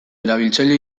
erabiltzaile